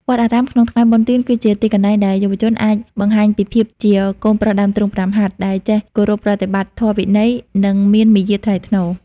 វត្តអារាមក្នុងថ្ងៃបុណ្យទាន គឺជាទីកន្លែងដែលយុវជនអាចបង្ហាញពីភាពជា "កូនប្រុសដើមទ្រូងប្រាំហត្ថ" ដែលចេះគោរពប្រតិបត្តិធម៌វិន័យ និងមានមារយាទថ្លៃថ្នូរ។